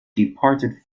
departed